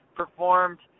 performed